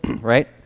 right